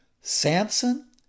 Samson